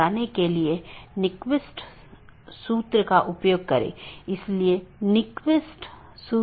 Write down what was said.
यदि इस संबंध को बनाने के दौरान AS में बड़ी संख्या में स्पीकर हैं और यदि यह गतिशील है तो इन कनेक्शनों को बनाना और तोड़ना एक बड़ी चुनौती है